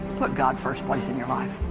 put god first place in your life